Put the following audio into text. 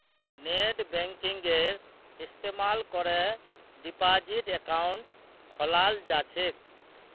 नेटबैंकिंगेर इस्तमाल करे डिपाजिट अकाउंट खोलाल जा छेक